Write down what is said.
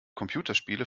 computerspiele